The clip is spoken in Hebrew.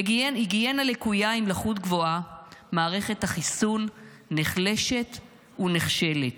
היגיינה לקויה עם לחות גבוהה"; "מערכת החיסון נחלשת ונכשלת,